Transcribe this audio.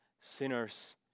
sinners